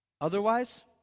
Otherwise